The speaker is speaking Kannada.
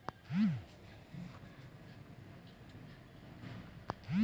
ಕುರಿಮರಿಗಳು ತಾಯಿ ಕುರಿಯಿಂದ ಹಾಲು ಕುಡಿಯುವ ಜೊತೆಗೆ ಹಸುವಿನ ಹಾಲನ್ನು ಕೊಡೋದ್ರಿಂದ ಬೇಗ ಬೆಳವಣಿಗೆ ಆಗುತ್ತದೆ